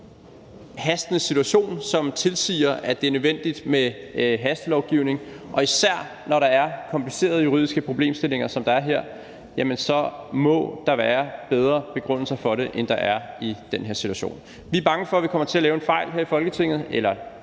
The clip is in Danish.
hastende situation, som tilsiger, at det er nødvendigt med hastelovgivning, og især når der er komplicerede juridiske problemstillinger, sådan som der er her, så må der være bedre begrundelser for det, end der er i den her situation. Vi er bange for, at vi kommer til at lave en fejl her i Folketinget – eller